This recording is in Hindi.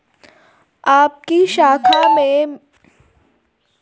आपकी शाखा में मेरा बचत खाता दस साल से है क्या मुझे व्यवसाय के लिए ऋण मिल सकता है?